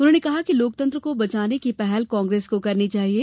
उन्होंने कहा कि लोकतंत्र को बचाने की पहल कांग्रेस को करनी चाहिये